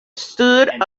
stood